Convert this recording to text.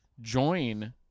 join